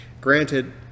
Granted